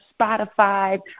Spotify